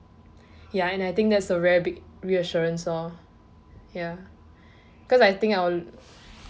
ya and I think that's a very big reassurance lor ya cause I think I will